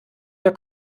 der